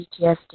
PTSD